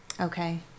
Okay